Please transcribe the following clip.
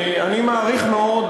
אני מעריך מאוד,